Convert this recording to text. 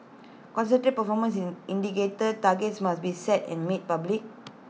concrete performance in indicator targets must be set and made public